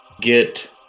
Get